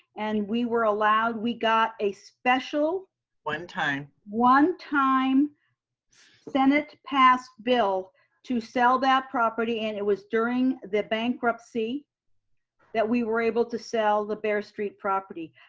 and we were allowed we got a special one time one time senate passed bill to sell that property and it was during the bankruptcy that we were able to sell the bear street property.